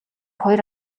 хоёр